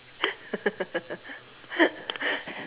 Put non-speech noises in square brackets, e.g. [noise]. [laughs]